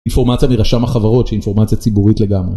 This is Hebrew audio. אינפורמציה מרשם החברות שהיא אינפורמציה ציבורית לגמרי.